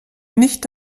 nicht